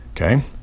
okay